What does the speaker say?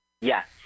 Yes